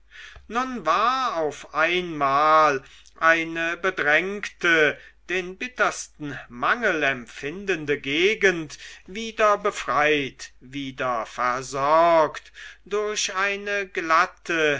nun war auf einmal eine bedrängte den bittersten mangel empfindende gegend wieder befreit wieder versorgt durch eine glatte